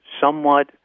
somewhat